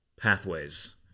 pathways